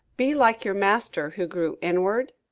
be like your master who grew inward,